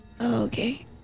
Okay